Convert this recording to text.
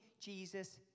Jesus